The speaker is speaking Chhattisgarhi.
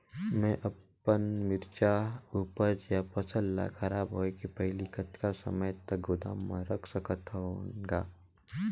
मैं अपन मिरचा ऊपज या फसल ला खराब होय के पहेली कतका समय तक गोदाम म रख सकथ हान ग?